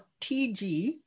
tg